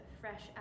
fresh